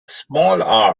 small